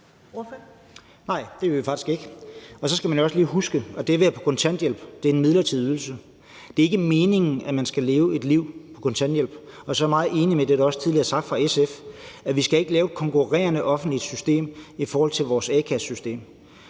Nej, det vil vi faktisk ikke. Og man skal jo lige huske, at kontanthjælp er en midlertidig ydelse. Det er ikke meningen, at man skal leve et liv på kontanthjælp. Og så er jeg meget enig i det, der tidligere er sagt fra SF's side, om, at vi ikke skal lave et konkurrerende offentligt system i forhold til vores a-kassesystem.